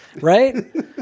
right